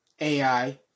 AI